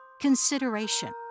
consideration